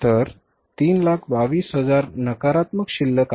तर 322000 नकारात्मक शिल्लक आहे